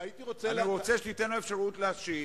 אני רוצה שאתה תיתן לו אפשרות להשיב,